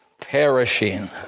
perishing